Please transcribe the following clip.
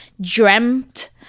dreamt